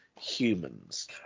humans